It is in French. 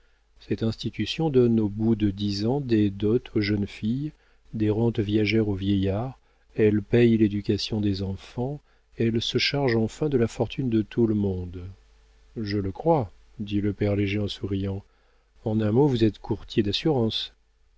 cette institution donne au bout de dix ans des dots aux jeunes filles des rentes viagères aux vieillards elle paie l'éducation des enfants elle se charge enfin de la fortune de tout le monde je le crois dit le père léger en souriant en un mot vous êtes courtier d'assurances